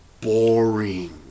boring